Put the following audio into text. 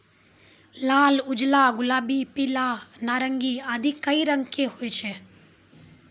लाल, उजला, गुलाबी, पीला, नारंगी आदि कई रंग के होय छै